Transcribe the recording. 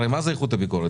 הרי מה זה איכות הביקורת?